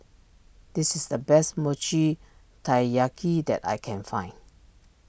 this is the best Mochi Taiyaki that I can find